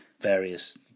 various